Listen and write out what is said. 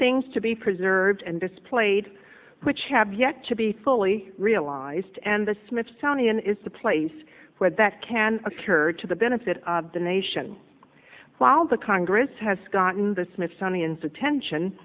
things to be preserved and displayed which have yet to be fully realized and the smithsonian is the place where that can occur to the benefit of the nation while the congress has gotten the smithsonian's attention